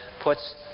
puts